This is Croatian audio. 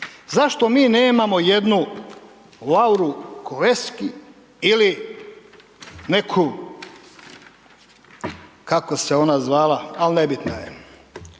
Zašto mi nemamo jednu Lauru Kövesi ili neku, kako se ona zvala, ali nebitna je.